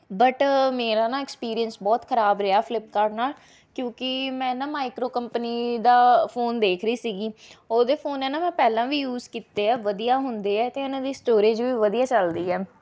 but ਮੇਰਾ ਨਾ experience ਬਹੁਤ ਖਰਾਬ ਰਿਹਾ ਫਲਿੱਪਕਾਰਟ ਨਾਲ ਕਿਉਂਕਿ ਮੈਂ ਨਾ ਮਾਈਕਰੋ ਕੰਪਨੀ ਦਾ ਫੋਨ ਦੇਖ ਰਹੀ ਸੀਗੀ ਉਹਦੇ ਫੋਨ ਨੇ ਨਾ ਮੈਂ ਪਹਿਲਾਂ ਵੀ ਯੂਜ਼ ਕੀਤੇ ਹੈ ਵਧੀਆ ਹੁੰਦੇ ਹੈ ਅਤੇ ਉਨ੍ਹਾਂ ਦੀ ਸਟੋਰੇਜ ਵੀ ਵਧੀਆ ਚੱਲਦੀ ਹੈ